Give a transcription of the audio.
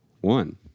one